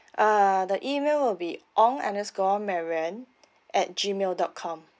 uh the email will be Ong underscore marianne at gmail dot com